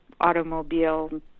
automobile